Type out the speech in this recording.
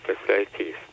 facilities